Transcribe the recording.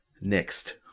next